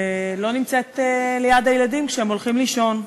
ולא נמצאת ליד הילדים כשהם הולכים לישון.